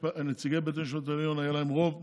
לנציגי בית המשפט העליון היה רוב מוחלט.